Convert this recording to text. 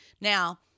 Now